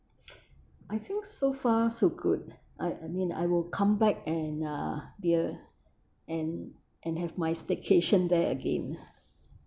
I feel so far so good I I mean I will come back and uh dear and and have my staycation there again